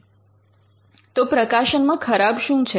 તો પ્રકાશનમાં ખરાબ શું છે